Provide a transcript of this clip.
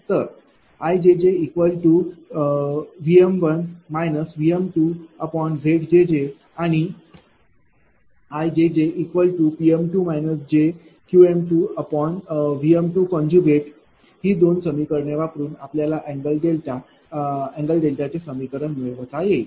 तर IjjVm1 Vm2Zjj आणि IjjPm2 jQV ही दोन समीकरणे वापरून आपल्याला अँगल अँगल चे समीकरण मिळवता येईल